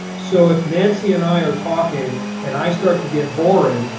so if nancy and i are talking and i start to get boring,